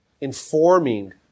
informing